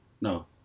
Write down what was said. no